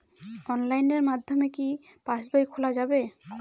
অনলাইনের মাধ্যমে কি পাসবই খোলা যাবে?